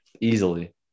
Easily